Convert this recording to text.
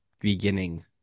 beginning